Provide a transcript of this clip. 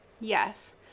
Yes